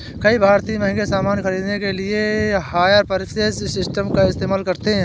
कई भारतीय महंगे सामान खरीदने के लिए हायर परचेज सिस्टम का इस्तेमाल करते हैं